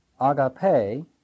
agape